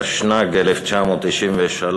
התשנ"ג 1993,